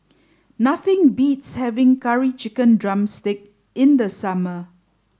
nothing beats having Curry Chicken Drumstick in the summer